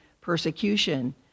persecution